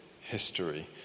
history